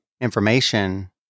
information